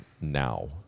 now